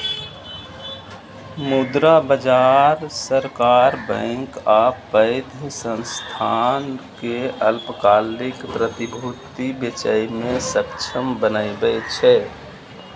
मुद्रा बाजार सरकार, बैंक आ पैघ संस्थान कें अल्पकालिक प्रतिभूति बेचय मे सक्षम बनबै छै